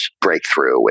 breakthrough